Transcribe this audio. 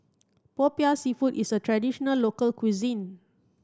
Popiah Seafood is a traditional local cuisine